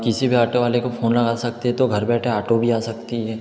किसी भी आटो वाले को फ़ोन लगा सकते हैं तो घर बैठे आटो भी आ सकता है